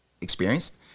experienced